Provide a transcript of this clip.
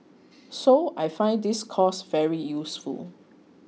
so I find this course very useful